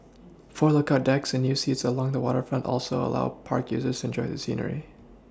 four lookout decks and new seats along the waterfront also allow park users enjoy the scenery